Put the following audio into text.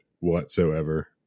whatsoever